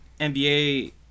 NBA